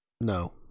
No